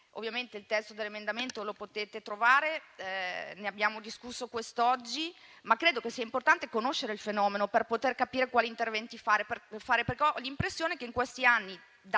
Ovviamente il testo dell'emendamento lo potete leggere; ne abbiamo discusso quest'oggi. Credo che sia importante conoscere il fenomeno per poter capire quali interventi fare, perché ho l'impressione che in questi anni,